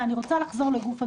אני רוצה לחזור לגוף הדברים.